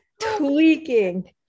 tweaking